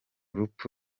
rupfu